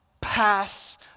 pass